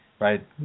right